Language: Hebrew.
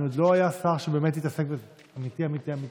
עוד לא היה שר שהתעסק בזה באופן אמיתי אמיתי אמיתי.